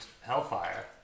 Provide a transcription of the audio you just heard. Hellfire